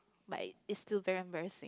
but is still very embarrass